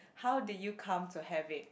how did you come to have it